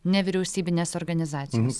nevyriausybinės organizacijos